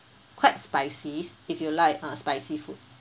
quite spicy if you like a spicy food